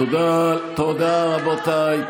תודה, רבותיי.